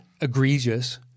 egregious